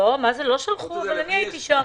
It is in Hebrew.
לא שלחו אבל הייתי שם.